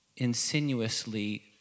insinuously